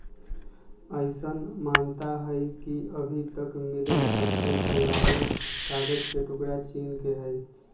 अईसन मानता हई कि अभी तक मिलल सबसे पुरान कागज के टुकरा चीन के हई